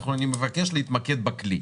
אני מבקש להתמקד בכלי.